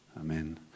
Amen